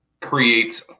creates